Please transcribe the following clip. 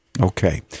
Okay